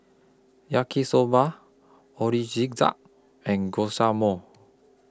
Yaki Soba and